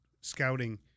scouting